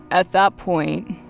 at that point,